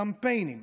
קמפיינים